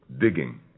Digging